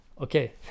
okay